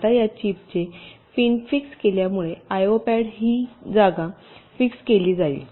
आता या चिपचे पिन फिक्स केल्यामुळे आयओ पॅड ची जागाही फिक्स केली जाईल